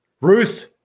ruth